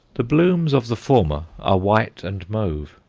the blooms of the former are white and mauve,